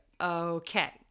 Okay